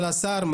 של השר,